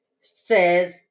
says